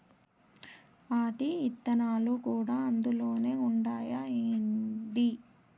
ఆటి ఇత్తనాలు కూడా అందులోనే ఉండాయా ఏంది